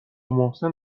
محسن